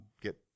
get